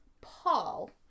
Paul